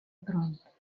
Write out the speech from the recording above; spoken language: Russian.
тронет